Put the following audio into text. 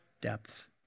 depth